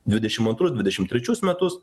dvidešim antrus dvidešim trečius metus